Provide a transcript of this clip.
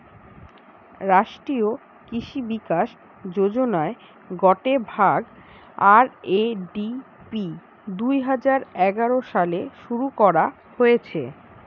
রাষ্ট্রীয় কৃষি বিকাশ যোজনার গটে ভাগ, আর.এ.ডি.পি দুই হাজার এগারো সালে শুরু করা হতিছে